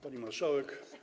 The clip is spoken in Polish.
Pani Marszałek!